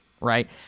right